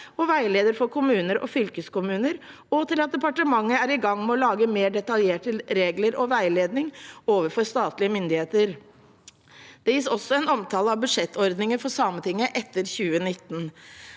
til veileder for kommuner og fylkeskommuner og til at departementet er i gang med å lage mer detaljerte regler og veiledning overfor statlige myndigheter. Det gis også en omtale av budsjettordninger for Sametinget etter 2019.